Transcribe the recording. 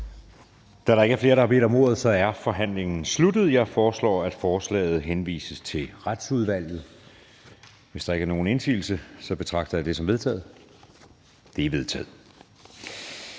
Da der ikke er flere, der har bedt om ordet, er forhandlingen sluttet. Jeg foreslår, at forslaget henvises til Retsudvalget. Hvis der ikke er nogen, der gør indsigelse, betragter jeg det som vedtaget. Det er vedtaget.